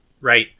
right